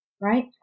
right